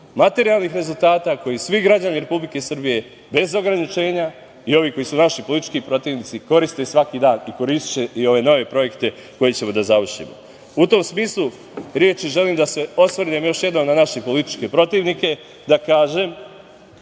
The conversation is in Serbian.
materijalnih rezultata koji svi građani Republike Srbije, bez ograničenja i ovi koji su naši politički protivnici koriste svaki dan i koristiće i ove nove projekte koje ćemo da završimo.U tom smislu reči, želim da se osvrnem još jednom na naše političke protivnike, da kažem